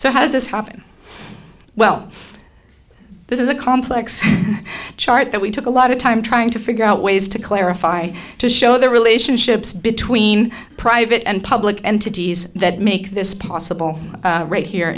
so how does this happen well this is a complex chart that we took a lot of time trying to figure out ways to clarify to show the relationships between private and public entities that make this possible right here